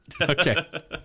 Okay